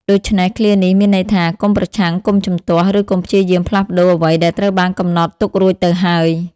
ដូច្នេះ ឃ្លានេះមានន័យថា កុំប្រឆាំង កុំជំទាស់ ឬកុំព្យាយាមផ្លាស់ប្តូរអ្វីដែលត្រូវបានកំណត់ទុករួចទៅហើយ។